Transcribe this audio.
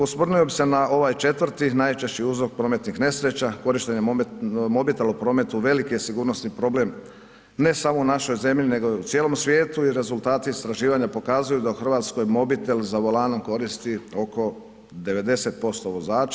Osvrnuo bih se na ovaj 4., najčešći uzrok prometnih nesreća, korištenje mobitela u prometu, veliki je sigurnosni problem, ne samo u našoj zemlji nego i cijelom svijetu i rezultati istraživanja pokazuju da u Hrvatskoj mobitel za volanom koristi oko 90% vozača.